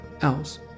else